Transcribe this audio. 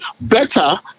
better